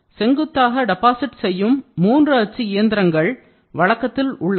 செங்குத்தாக டெபாசிட் செய்யும் மூன்று அச்சு இயந்திரங்கள் வழக்கத்தில் உள்ளன